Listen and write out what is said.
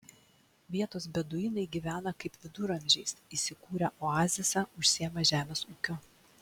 vietos beduinai gyvena kaip viduramžiais įsikūrę oazėse užsiima žemės ūkiu